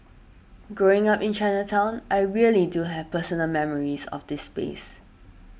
growing up in Chinatown I really do have personal memories of this space